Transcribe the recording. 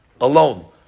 alone